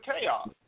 chaos